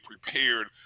prepared